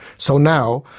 so, now,